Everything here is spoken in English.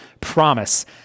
promise